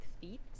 feet